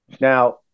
Now